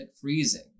freezing